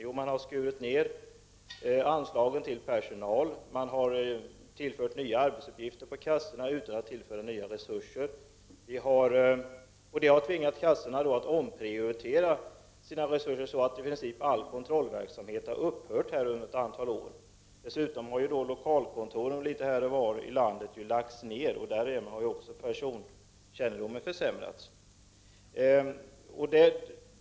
Jo, man har skurit ned anslagen till personal, man har tillfört kassorna nya arbetsuppgifter utan att tillföra nya resurser, och det har tvingat kassorna att omprioritera sina resurser, så att i princip all kontrollverksamhet under ett antal år har legat nere. Dessutom har lokalkontoren här och där i landet lagts ned. Därigenom har också personkännedomen försämrats.